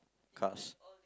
cars